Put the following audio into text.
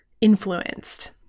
influenced